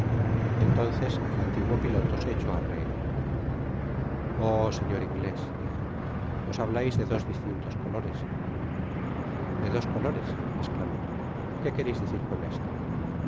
entonces el antiguo piloto se echó á reir lüh señor inglés dijo vos hablais de dos distintos colores jde dos coloresl esclamé qué quereis decir con esto